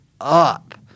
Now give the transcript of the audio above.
Up